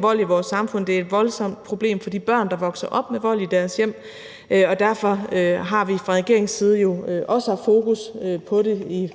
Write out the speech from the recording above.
vold i vores samfund er et stort problem. Det er et voldsomt problem for de børn, der vokser op med vold i deres hjem, og derfor har vi jo fra regeringens side også haft fokus på det